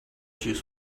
juice